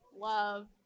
love